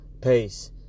pace